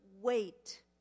wait